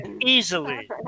easily